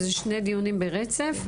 בעצם אלה שני דיונים ברצף.